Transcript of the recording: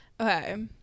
Okay